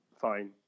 Fine